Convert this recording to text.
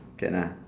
can ah